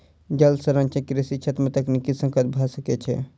जल संरक्षण कृषि छेत्र में तकनीकी संकट भ सकै छै